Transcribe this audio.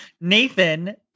Nathan